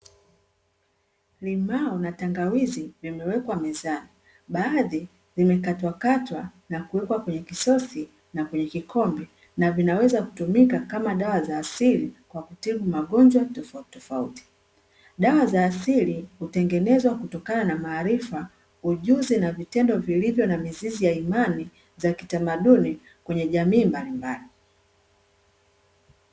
Limao na tangawizi vimewekwa mezani. Baadhi zimekatwa katwa na kuwekwa kwenye visosi na kwenye vikombe na vinaweza kutumika kama dawa za asili kwa kutibu magonjwa tofauti tofauti. Dawa za asili hutengenezwa kutokana na maarifa, ujuzi na vitendo vilivyo na mizizi ya imani za kitamaduni kwenye jamii mbalimbali.